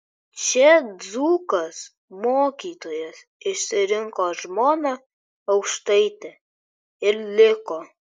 čia dzūkas mokytojas išsirinko žmoną aukštaitę ir liko